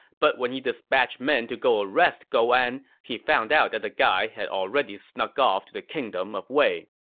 but when he dispatched men to go arrest gou an, he found out that the guy had already snuck off to the kingdom of wei.